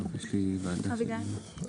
משרד המשפטים והתחבורה,